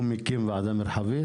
הוא מקים ועדה מרחבית?